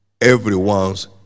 everyone's